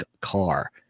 car